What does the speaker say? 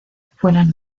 fueran